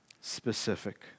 specific